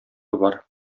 бар